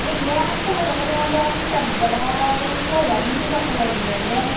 गोजाया खमायजानाय नङादां दस्रा बिबारादेन खमायजागौमोन दस्रा कालारनियादेन